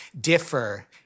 differ